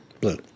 Blue